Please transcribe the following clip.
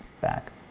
Back